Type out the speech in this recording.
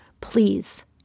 please